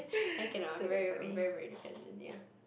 I cannot I'm very I'm very very dependent ya